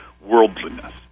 worldliness